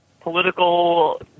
political